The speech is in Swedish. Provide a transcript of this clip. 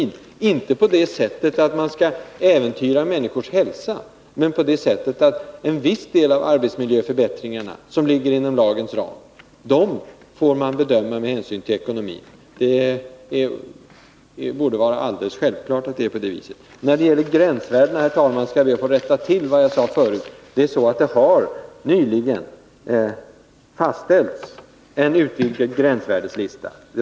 Men det skall inte ske på det sättet att man äventyrar människors hälsa — däremot på det sättet att en viss del av arbetsmiljöförbättringarna, som ligger inom lagens ram, får bedömas med hänsyn till ekonomin. Detta borde vara alldeles självklart. När det gäller gränsvärdena, herr talman, skall jag be att få rätta vad jag sade förut. En utvidgad gränsvärdeslista har nyligen fastställts.